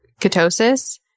ketosis